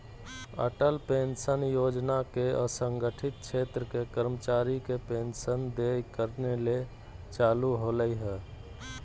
Atal pension Yojana के असंगठित क्षेत्र के कर्मचारी के पेंशन देय करने ले चालू होल्हइ